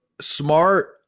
Smart